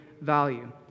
value